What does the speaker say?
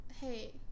Hey